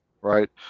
Right